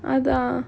அதான்:adhaan